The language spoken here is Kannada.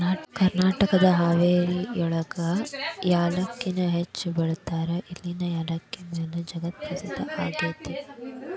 ಕರ್ನಾಟಕದ ಹಾವೇರಿಯೊಳಗ ಯಾಲಕ್ಕಿನ ಹೆಚ್ಚ್ ಬೆಳೇತಾರ, ಇಲ್ಲಿನ ಯಾಲಕ್ಕಿ ಮಾಲಿ ಜಗತ್ಪ್ರಸಿದ್ಧ ಆಗೇತಿ